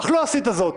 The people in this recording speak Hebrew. אך לא עשיתם זאת,